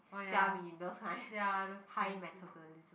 jia min those kind high metabolism